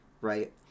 right